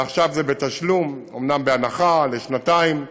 ועכשיו זה בתשלום, אומנם בהנחה לשנתיים,